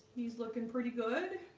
he's looking pretty good.